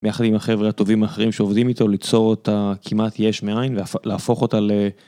יחד עם החבר'ה הטובים האחרים שעובדים איתו ליצור את ה'כמעט יש מאין' להפוך אותה ל...